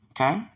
Okay